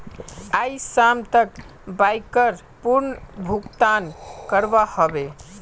आइज शाम तक बाइकर पूर्ण भुक्तान करवा ह बे